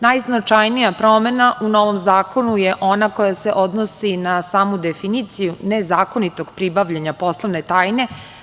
Najznačajnija promena u novom zakonu je ona koja se odnosi na samu definiciju nezakonitog pribavljanja poslovne tajne.